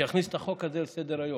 שיכניס את החוק הזה לסדר- היום.